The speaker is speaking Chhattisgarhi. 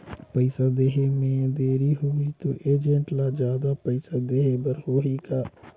पइसा देहे मे देरी होही तो एजेंट ला जादा पइसा देही बर होही का?